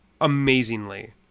amazingly